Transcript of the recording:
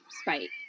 spite